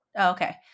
Okay